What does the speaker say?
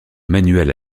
manuel